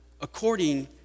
according